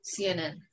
cnn